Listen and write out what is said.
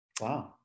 Wow